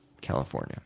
California